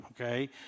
Okay